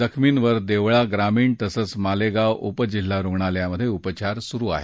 जखमींवर देवळा ग्रामीण तसंच मालेगाव उप जिल्हा रुग्णालयात उपचार सुरू आहेत